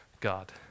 God